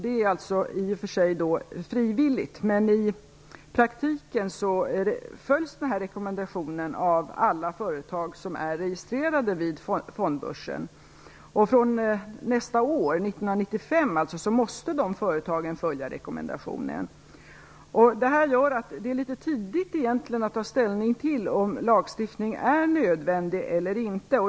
Det är alltså i och för sig frivilligt att följa den, men i praktiken följs denna rekommendation av alla företag som är registrerade vid fondbörsen. Från och med nästa år, 1995, måste dessa företag följa rekommendationen. Detta gör att det egentligen är litet tidigt att ta ställning till om lagstiftning är nödvändig eller inte.